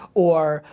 or,